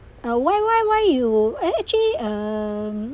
uh why why why you eh actually um